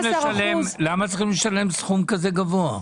למה צריך לשלם סכום כזה גבוה?